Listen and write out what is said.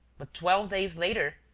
but, twelve days later,